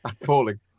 falling